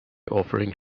offering